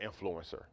influencer